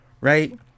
Right